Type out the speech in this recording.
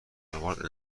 هاروارد